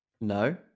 No